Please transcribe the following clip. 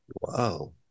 Wow